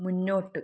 മുന്നോട്ട്